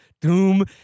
Doom